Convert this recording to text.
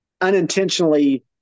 unintentionally